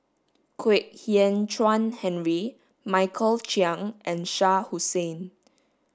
Kwek Hian Chuan Henry Michael Chiang and Shah Hussain